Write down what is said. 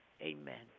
amen